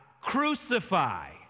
crucify